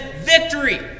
victory